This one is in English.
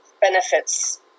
benefits